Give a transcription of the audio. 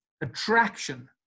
attraction